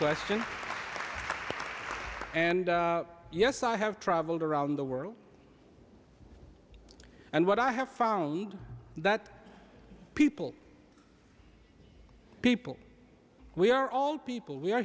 question and yes i have travelled around the world and what i have found that people people we are all people we are